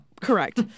Correct